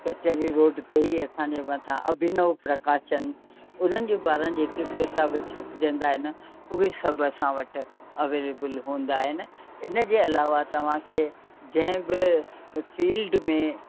कचहरी रोड ते ई असांजे मथां अभिनव प्रकाशन उन्हनि जे बारे जेके किताब छपजंदा आहिनि उहे सभु असां वटि अवेलेबिल हूंदा आहिनि इन जे अलावा तव्हां खे जंहिं बि फील्ड में